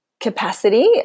capacity